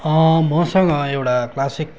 मसँग एउटा क्लासिक